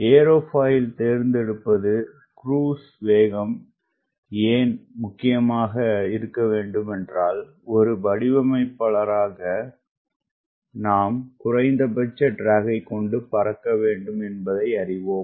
aerofoil தேர்ந்தெடுப்பது cruise வேகம் ஏன் முக்கியமாக இருக்கவேண்டுமென்றால்ஒருவடிவமைப்பாளராகநாம் குறைந்தபடசட்ராக்யை கொண்டு பறக்க வேண்டும் என்பதை அறிவோம்